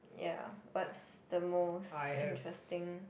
ya but the most interesting